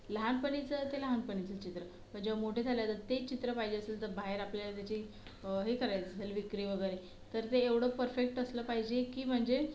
लहानपणीचं ते लहानपणीचं चित्र पण जेव्हा मोठे झाले तर ते चित्र पाहिजे असेल तर बाहेर आपल्याला ज्याची हे करायचं असेल विक्री वगैरे तर ते एवढं परफेक्ट असलं पाहिजे की म्हणजे